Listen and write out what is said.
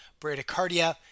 bradycardia